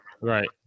right